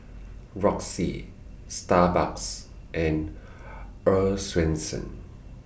Roxy Starbucks and Earl's Swensens